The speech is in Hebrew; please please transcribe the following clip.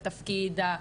התפקיד,